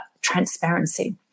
transparency